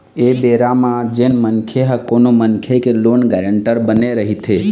ऐ बेरा म जेन मनखे ह कोनो मनखे के लोन गारेंटर बने रहिथे